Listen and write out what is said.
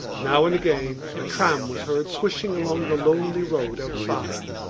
now and again a tram was heard swishing along the lonely road outside.